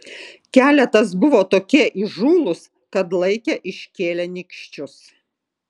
keletas buvo tokie įžūlūs kad laikė iškėlę nykščius